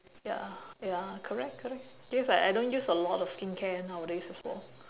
ya ya correct correct cause like I don't use a lot of skincare nowadays as well